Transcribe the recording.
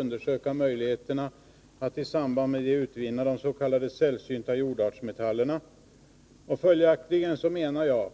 undersöka möjligheterna att i samband med detta utvinna de s.k. sällsynta jordartsmetallerna. Följaktligen menar jag